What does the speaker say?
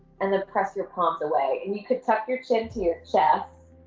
and then press your palms away. and you can tuck your chin to your chest.